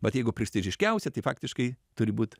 bet jeigu prestižiškiausia tai faktiškai turi būt